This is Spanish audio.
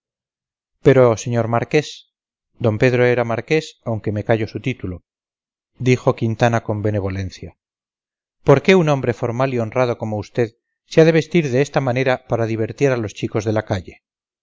ustedes ser buenos españoles sin vestir a la antigua pero señor marqués d pedro era marqués aunque me callo su título dijo quintana con benevolencia por qué un hombre formal y honrado como usted se ha de vestir de esta manera para divertir a los chicos de la calle